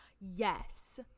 Yes